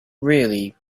really